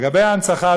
לגבי ההנצחה,